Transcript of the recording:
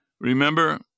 Remember